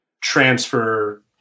transfer